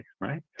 right